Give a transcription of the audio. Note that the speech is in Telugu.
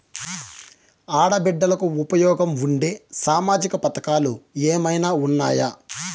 ఆడ బిడ్డలకు ఉపయోగం ఉండే సామాజిక పథకాలు ఏమైనా ఉన్నాయా?